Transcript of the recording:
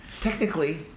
technically